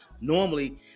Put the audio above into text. Normally